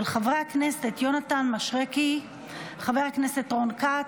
של חברי הכנסת יונתן מישרקי, חבר הכנסת רון כץ,